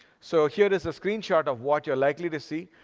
so here is a screenshot of what you're likely to see.